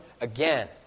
again